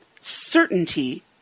certainty